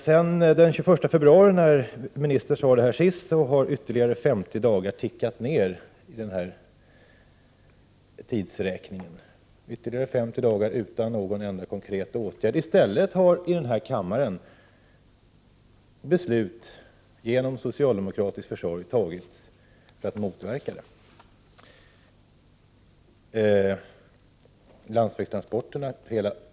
Sedan den 21 februari, när ministern sade detta senast, har ytterligare 50 dagar tickat i väg i tidsräkningen — ytterligare 50 dagar utan någon enda konkret åtgärd. I stället har man i denna kammare genom socialdemokratisk försorg fattat beslut för att motverka det hela.